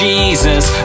Jesus